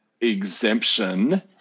exemption